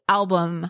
album